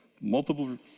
multiple